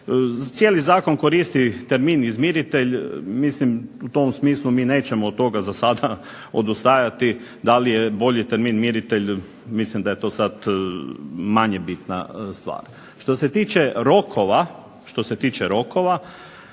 Cijeli zakon koristi termin izmiritelj. Mislim u tom smislu mi nećemo od toga za sada odustajati. Da li je bolji termin miritelj, mislim da je to sada manje bitna stvar. Što se tiče rokova ja naglašavam